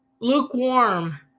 lukewarm